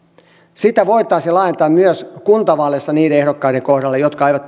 sitä voitaisiin laajentaa myös kuntavaaleissa niiden ehdokkaiden kohdalle jotka eivät